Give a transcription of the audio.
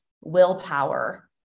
willpower